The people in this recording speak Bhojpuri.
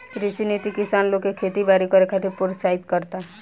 कृषि नीति किसान लोग के खेती बारी करे खातिर प्रोत्साहित करता